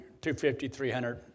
250-300